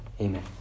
Amen